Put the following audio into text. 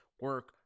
Work